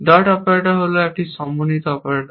dot operator হল একটি সমন্বিত অপারেটর